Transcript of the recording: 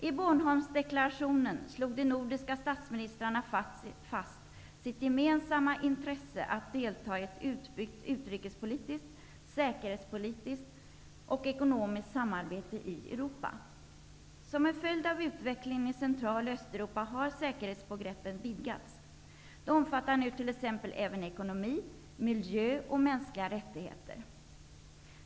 I Bornholmsdeklarationen slog de nordiska statsministrarna fast sitt gemensamma intresse att delta i ett utbyggt utrikespolitiskt, säkerhetspolitiskt och ekonomiskt samarbete i Som en följd av utvecklingen i Central och Östeuropa har säkerhetsbegreppet vidgats. Det omfattar nu även t.ex. ekonomi, miljö och mänskliga rättigheter.